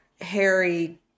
Harry